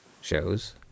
shows